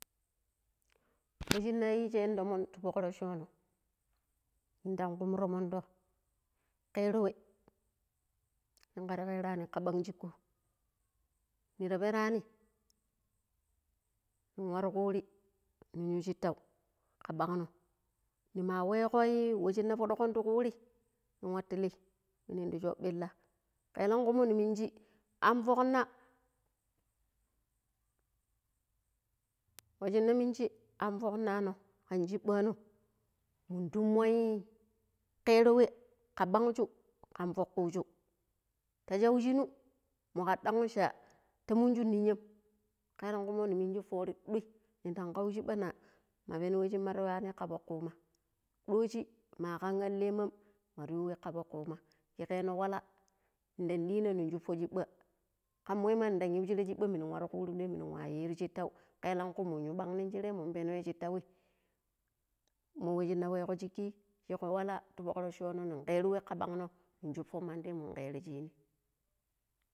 ﻿We shine yiijino toomon ti fokrochono nindan kun romonɗo keero we shingar keera ni ka ɓaang shiko. Nira perani nin waro kuuri nin yu shittau ka ɓaanno ni ma weeko we shina fooɗon ti kurii nin watu li minidi di s̱obbilla kelun kummo ni minji an foknano washinna minji anfoknano kan shiɓɓano mu toomo keero we ka ɓansu. Kan fok kuuji ta sau shinu mu kar ɗaan shaa ta munsu ninyam Keelan-kumo ni minji foori dwe nindan kau shibba na ma peno we shimar yuwani ni ka fuk kuma, dooje makam alleman mar yu we ka fokku ma yig̱no wala nin dina nin shufu shiɓɓa kan moi ma nin dn iɓu shira shiɓɓa minun waro kuri duai minu wa yiru shittau keelakui mun yu ɓang nin shirrai mun peno shittaui mo we shina weeko shikki yiƙƙo walla ti fukrocho no nin kero we ka banno nshufon mandi mun keero shini.